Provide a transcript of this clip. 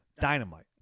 Dynamite